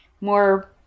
more